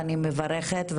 ואני מברכת על כך.